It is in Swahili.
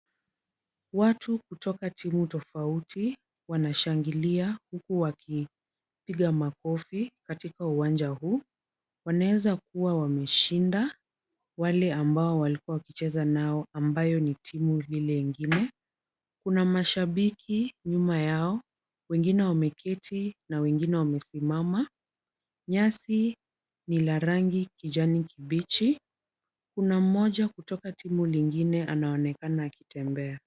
Watu kutoka timu tofauti wanashangilia huku wakipiga makofi katika uwanja huu. Wanaeza kuwa wameshinda wale ambao walikuwa wakicheza nao ambao ni timu ile ingine. Kuna mashabiki nyuma yao wengine wameketi na wengine wamesimama. Nyasi ni la rangi ya kijani kibichi. Kuna mmoja kutoka timu lingine anaonekana akitembea.